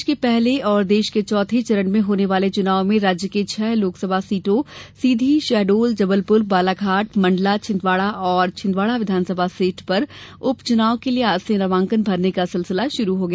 प्रदेश के पहले और देश के चौथे चरण में होने वाले चुनाव में राज्य की छह लोकसभा सीटों सीधी शहडोल जबलपुर बालाघाट मंडला छिन्दवाड़ा और छिंदवाड़ा विधानसभा सीट पर उपचुनाव के लिए आज से नामांकन भरने का सिलसिला शुरू हो गया